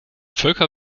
völker